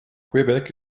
quebec